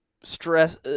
stress